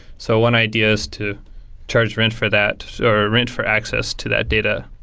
so one idea is to charge rent for that or rent for access to that data.